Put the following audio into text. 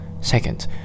Second